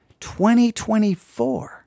2024